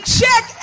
check